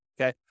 okay